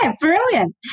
brilliant